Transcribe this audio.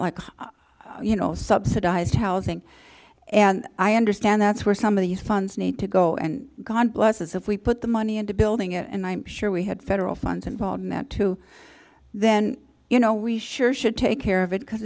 or you know subsidized housing and i understand that's where some of these funds need to go and god bless us if we put the money into building it and i'm sure we had federal funds involved in that too then you know we sure should take care of it because